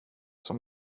som